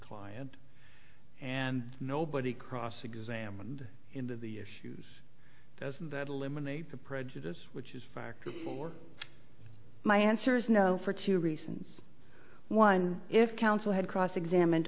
client and nobody cross examined into the issues doesn't that eliminate the prejudice which is factored for my answer is no for two reasons one if counsel had cross examined